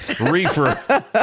Reefer